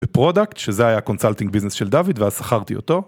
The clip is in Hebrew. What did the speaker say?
בפרודקט שזה היה קונסלטינג ביזנס של דוד ואז שכרתי אותו.